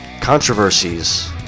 controversies